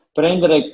prendere